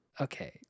okay